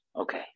Okay